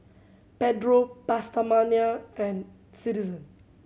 Pedro PastaMania and Citizen